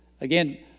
Again